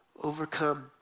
overcome